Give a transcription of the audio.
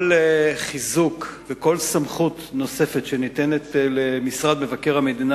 כל חיזוק וכל סמכות נוספת שניתנת למשרד מבקר המדינה